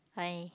why